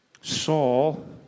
Saul